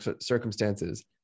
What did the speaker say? circumstances